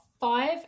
five